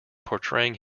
portraying